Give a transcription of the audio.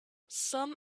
some